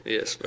Yes